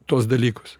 tuos dalykus